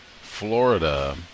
Florida